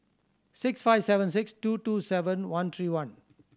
six five seven six two two seven one three one